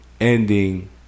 ending